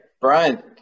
Brian